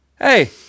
Hey